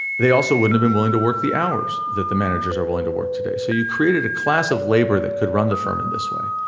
they also wouldn't of been willing to work the hours that the managers are willing to work today. so you created a class of labor that could run the firm in this way.